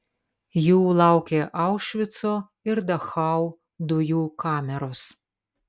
jų laukė aušvico ir dachau dujų kameros